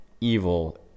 evil